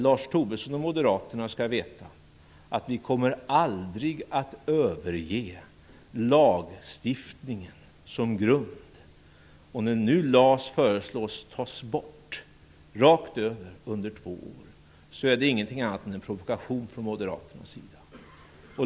Lars Tobisson och Moderaterna skall veta att vi aldrig kommer att överge lagstiftningen som grund. När det föreslås att LAS skall tas bort under två år, rakt över, är det ingenting annat än en provokation från moderaternas sida.